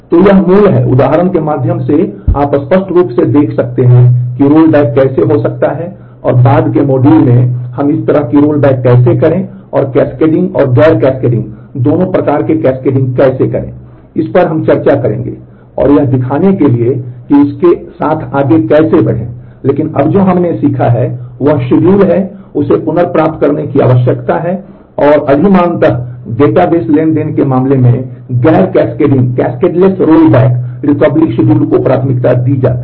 तो यह मूल है उदाहरण के माध्यम से आप स्पष्ट रूप से देख सकते हैं कि रोलबैक कैसे हो सकता है और बाद के मॉड्यूल में हम इस तरह की रोलबैक कैसे करें और कैस्केडिंग और गैर कैस्केडिंग दोनों प्रकार के कैस्केडिंग कैसे करें इस पर चर्चा करेंगे और यह दिखाने के लिए कि उस के साथ आगे कैसे बढ़ें लेकिन अब जो हमने सीखा है वह शेड्यूल है उसे पुनर्प्राप्त करने की आवश्यकता है और अधिमानतः डेटाबेस ट्रांज़ैक्शन के मामले में गैर कैस्केडिंग रोलबैक रिकवरी शेड्यूल को प्राथमिकता दी जाती है